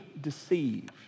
deceived